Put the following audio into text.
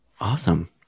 Awesome